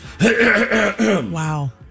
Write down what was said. Wow